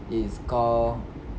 it's kau